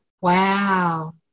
Wow